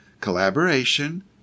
collaboration